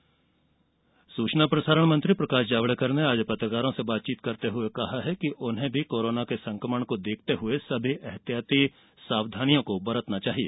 Javadekar media सूचना प्रसारण मंत्री प्रकाश जावडेकर ने आज पत्रकारों से बातचीत करते हुए कहा कि उन्हें भी कोरोना के संकमण को देखते हुए सभी एहतियाती सावधानियां बरतनी चाहिए